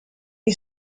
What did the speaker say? you